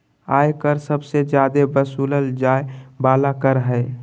आय कर सबसे जादे वसूलल जाय वाला कर हय